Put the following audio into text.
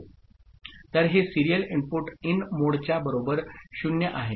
तर हे serial input in मोडच्या बरोबर 0 आहे